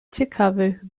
ciekawych